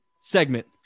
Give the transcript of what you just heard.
segment